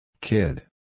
Kid